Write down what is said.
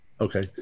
Okay